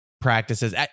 practices